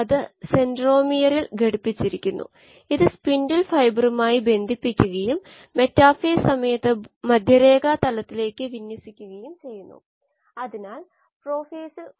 ഉദാഹരണത്തിന് substrate consumption rate rS ആണ് rS1YxSrx ഇത് യിൽഡ് കോയിഫിഷ്യന്റ നിർവചനത്തിൽ നിന്ന് നേരിട്ട് വരുന്നതാണെന്ന് നമുക്കറിയാം സബ്സ്ട്രേറ്റ് അളവ് മൂലം ഉൽപാദിപ്പിക്കപ്പെടുന്ന കോശങ്ങളുടെ അളവ് അവ അളവുകളാണ് ഇത് ഒരു യിൽഡ് കോയിഫിഷ്യന്റ്